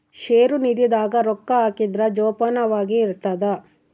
ಷೇರು ನಿಧಿ ದಾಗ ರೊಕ್ಕ ಹಾಕಿದ್ರ ಜೋಪಾನವಾಗಿ ಇರ್ತದ